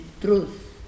truth